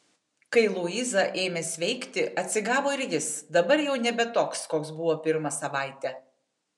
kai luiza ėmė sveikti atsigavo ir jis dabar jau nebe toks koks buvo pirmą savaitę